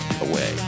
away